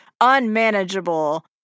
unmanageable